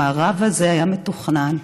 המארב הזה היה מתוכנן,